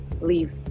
leave